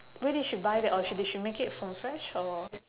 where did she buy that or she did she make it from fresh or